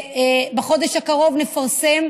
בחודש הקרוב נפרסם